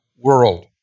world